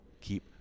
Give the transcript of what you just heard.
keep